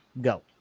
go